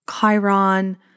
Chiron